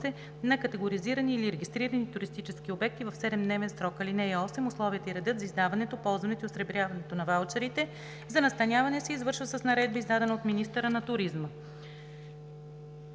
на категоризирани или регистрирани туристически обекти в седемдневен срок. (8) Условията и редът за издаването, ползването и осребряването на ваучерите за настаняване се извършват с наредба, издадена от министъра на туризма.“